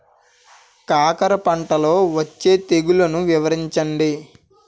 కాకర పంటలో వచ్చే తెగుళ్లను వివరించండి?